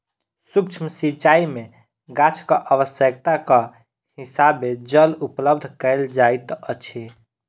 सुक्ष्म सिचाई में गाछक आवश्यकताक हिसाबें जल उपलब्ध कयल जाइत अछि